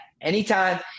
anytime